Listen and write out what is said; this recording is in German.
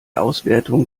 auswertung